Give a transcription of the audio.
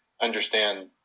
understand